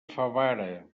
favara